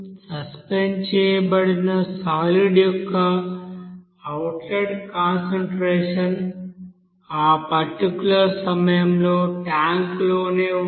suspend చేయబడిన solid యొక్క outlet concentration ఆ పర్టిక్యూలర్ సమయంలో ట్యాంక్లోనే ఉంటుంది